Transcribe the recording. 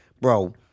bro